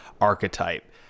archetype